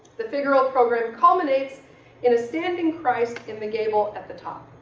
the figural program culminates in a standing christ in the gable at the top.